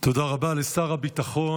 תודה רבה לשר הביטחון.